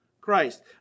Christ